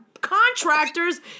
contractors